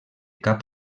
cap